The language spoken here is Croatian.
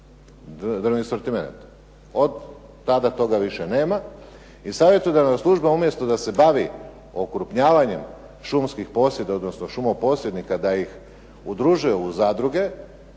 Od tada toga više nema